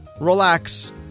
relax